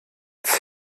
thc